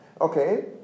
Okay